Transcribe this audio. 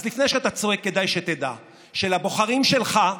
אז לפני שאתה צועק כדאי שתדע שלבוחרים שלך,